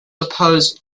opposed